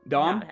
Dom